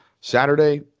Saturday